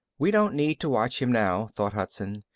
we don't need to watch him now, thought hudson.